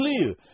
clear